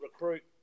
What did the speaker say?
Recruit